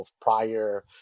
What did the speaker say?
prior